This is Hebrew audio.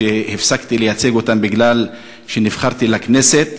והפסקתי לייצג אותם בגלל שנבחרתי לכנסת,